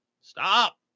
Stop